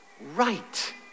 right